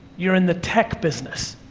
you're in the tech business,